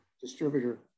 distributor